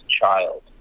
child